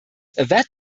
that